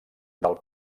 del